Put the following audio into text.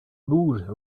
mood